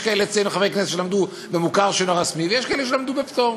יש אצלנו חברי כנסת כאלה שלמדו במוכר שאינו רשמי ויש כאלה שלמדו בפטור.